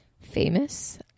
Famous